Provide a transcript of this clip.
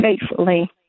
faithfully